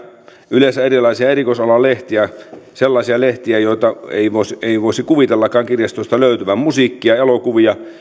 yleensä erilaisia erikoisalan lehtiä sellaisia lehtiä joita ei voisi kuvitellakaan kirjastoista löytyvän musiikkia elokuvia